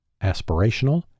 aspirational